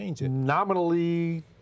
nominally